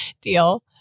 deal